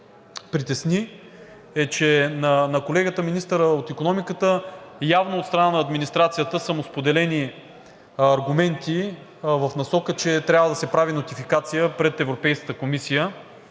притесни, е, че на колегата – министъра на икономиката, явно от страна на администрацията са му споделени аргументи в насока, че трябва да се прави нотификация пред Европейската комисия